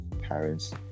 parents